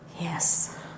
yes